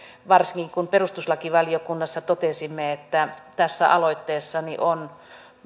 varsinkin kun perustuslakivaliokunnassa totesimme että tässä aloitteessa on